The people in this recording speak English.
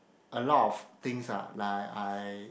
a lot of things ah like I